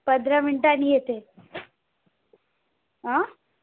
पंधरा मिनिटांनी येते आं